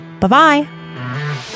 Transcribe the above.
Bye-bye